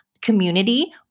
community